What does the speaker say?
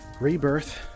rebirth